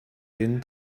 denen